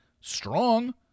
strong